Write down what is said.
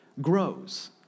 grows